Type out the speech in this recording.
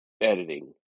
editing